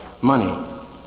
money